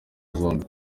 zombi